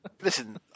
Listen